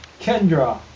Kendra